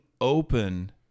open